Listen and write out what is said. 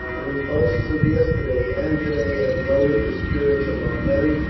the repulses of yesterday and today have lowered the spirits of our men,